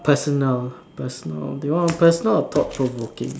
personal personal do you want a personal or thought provoking